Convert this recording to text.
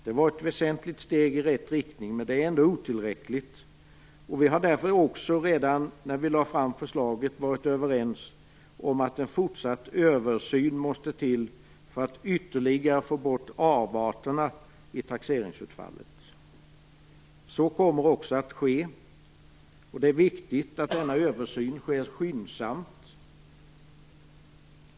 Det är ett väsentligt steg i rätt riktning, men det är ändå otillräckligt. Vi var därför redan när vi lade fram förslaget överens om att en fortsatt översyn måste till för att få bort ytterligare avarter i taxeringsutfallet. Så kommer också att ske. Det är viktigt att denna översyn sker skyndsamt.